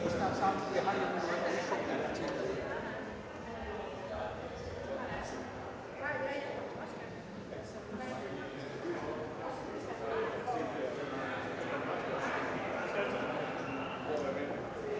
Hvad er det,